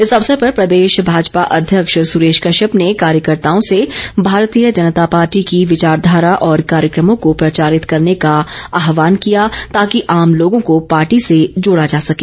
इस अवसर पर प्रदेश भाजपा अध्यक्ष सुरेश कश्यप ने कार्यकर्ताओं से भारतीय जनता पार्टी की विचांखारा और कार्यक्रमों को प्रचारित करने का आहवान किया ताकि आम लोगों को पार्टी से जोड़ा जा सके